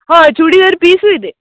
ಹಾಂ ಚೂಡಿದಾರ್ ಪೀಸು ಇದೆ